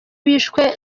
bishwe